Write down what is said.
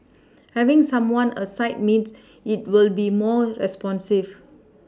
having someone a site means it will be more responsive